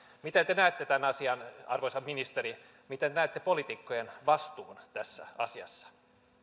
miten te näette tämän asian arvoisa ministeri miten näette poliitikkojen vastuun tässä asiassa arvoisa